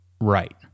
Right